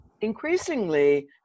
increasingly